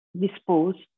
disposed